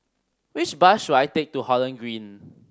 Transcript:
which bus should I take to Holland Green